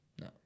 No